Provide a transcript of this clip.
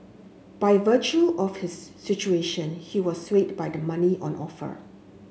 by virtue of his situation he was swayed by the money on offer